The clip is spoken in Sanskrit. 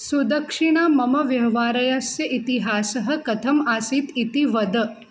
सुदक्षिणा मम व्यव्हारयस्य इतिहासः कथम् आसीत् इति वद